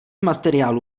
materiálů